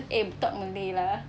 eh talk malay lah